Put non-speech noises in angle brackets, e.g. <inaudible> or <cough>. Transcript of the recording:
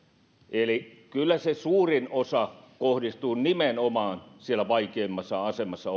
euron eli kyllä suurin osa kohdistuu nimenomaan siellä vaikeimmassa asemassa <unintelligible>